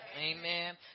Amen